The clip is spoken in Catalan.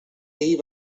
ahir